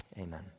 Amen